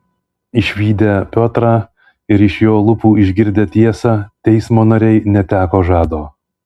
išvydę piotrą ir iš jo lūpų išgirdę tiesą teismo nariai neteko žado